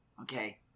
Okay